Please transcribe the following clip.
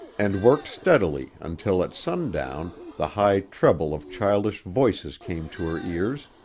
and worked steadily until at sundown the high treble of childish voices came to her ears,